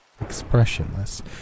expressionless